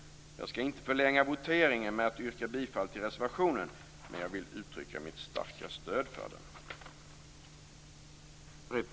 Jag skall inte förlänga voteringen med att yrka bifall till reservationen, men jag vill uttrycka mitt starka stöd för den.